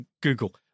Google